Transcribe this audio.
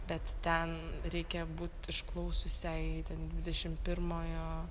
bet ten reikia būt išklausiusiai ten dvidešim pirmojo